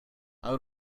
how